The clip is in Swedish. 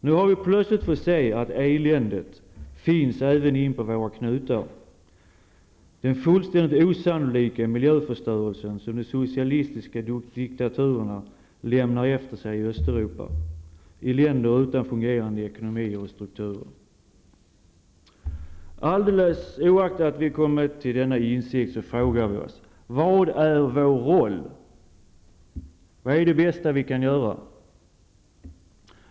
Nu har vi plötsligt fått se att eländet finns även inpå våra knutar: den fullständigt osannolika miljöförstörelsen som de socialistiska diktaturerna lämnar efter sig i hela Östeuropa, i länder utan fungerande ekonomier och strukturer. Alldeles oaktat att vi kommit till denna insikt frågar vi oss: Vad är vår roll? Vad är det bästa vi kan göra?